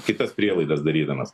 kitas prielaidas darydamas